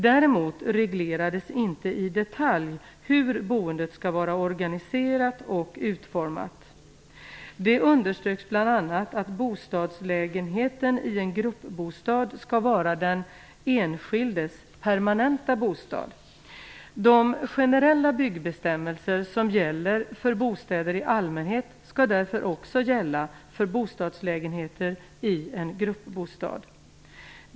Däremot reglerades inte i detalj hur boendet skall vara organiserat och utformat. Det underströks bl.a. att bostadslägenheten i en gruppbostad skall vara den enskildes permanenta bostad. De generella byggbestämmelser som gäller för bostäder i allmänhet skall därför också gälla för bostadslägenheter i en gruppbostad.